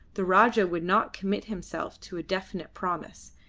the rajah would not commit himself to a definite promise,